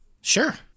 Sure